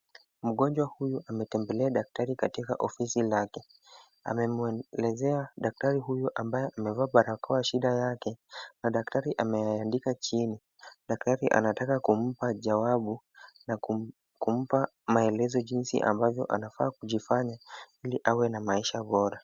Mgonjwa huyu ametembelea daktari katika ofisi lake. Amemuelezea daktari huyu ambaye amevaa barakoa shida yake na daktari ameandika chini. Daktari anataka kumpa jawabu, na kumpa maelezo jinsi anafaa kujifanya ili awe na maisha bora.